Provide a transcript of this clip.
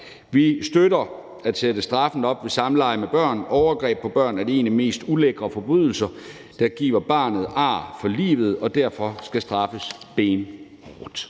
Vi støtter at sætte straffen op ved samleje med børn. Overgreb på børn af en af de mest ulækre forbrydelser, der giver barnet ar for livet, og derfor skal straffes benhårdt.